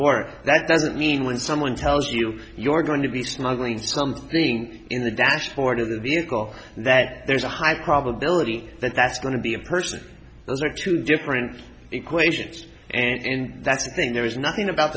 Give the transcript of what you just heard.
border that doesn't mean when someone tells you you're going to be smuggling something in the dashboard of the vehicle that there's a high probability that that's going to be a person those are two different equations and that's the thing there is nothing about